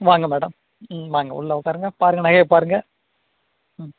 வாங்க மேடம் ம் வாங்க உள்ளே உக்காருங்க பாருங்க நகையை பாருங்க ம்